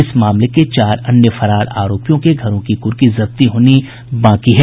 इस मामले के चार अन्य फरार आरोपियों के घरों की कुर्की जब्ती होनी बाकी है